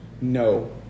No